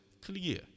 clear